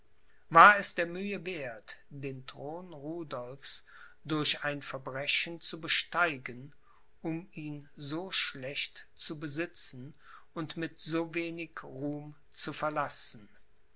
war es der mühe werth den thron rudolphs durch ein verbrechen zu besteigen um ihn so schlecht zu besitzen und mit so wenig ruhm zu verlassen